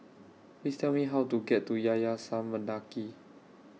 Please Tell Me How to get to Yayasan Mendaki